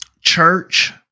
church